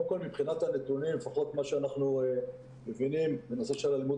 מבחינת הנתונים לפחות מה שאנחנו מבינים בנושא של אלימות